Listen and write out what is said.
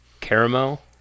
Caramel